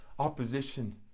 Opposition